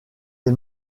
les